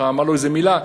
אמר לו איזו מילה,